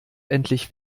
endlich